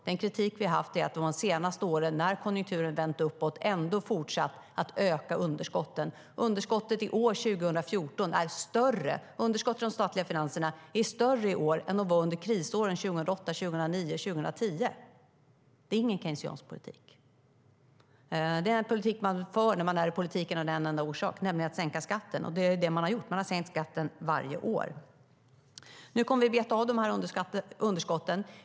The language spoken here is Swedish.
Den kritik vi har haft är att man de senaste åren, när konjunkturen har vänt uppåt, ändå har fortsatt att öka underskotten. Underskottet i de statliga finanserna är i år större än det var under krisåren 2008, 2009 och 2010. Det är ingen keynesiansk politik. Det är en politik man för av en enda orsak, nämligen att man vill sänka skatten. Det har man också gjort. Man har sänkt skatten varje år. Nu kommer vi att beta av underskotten.